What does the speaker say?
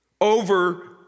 over